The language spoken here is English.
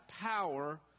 power